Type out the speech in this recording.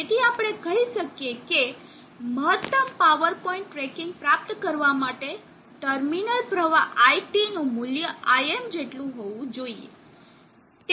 તેથી આપણે કહી શકીએ કે મહત્તમ પાવર પોઇન્ટ ટ્રેકિંગ પ્રાપ્ત કરવા માટે ટર્મિનલ પ્રવાહ iT નું મૂલ્ય Im જેટલું હોવું જોઈએ